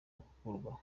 gukurwaho